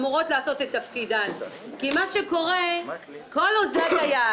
כי כל אוזלת היד,